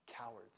Cowards